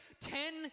ten